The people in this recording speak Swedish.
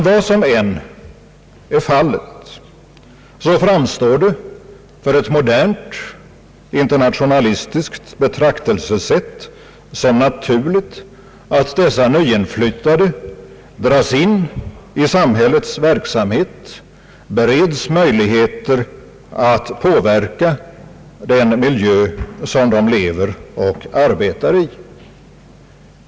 Vad som än blir fallet framstår det för ett modernt internationalistiskt betraktelsesätt som naturligt att dessa nyinflyttade dras in i samhällets verksamhet och bereds möjligheter att påverka den miljö som de lever och arbetar i.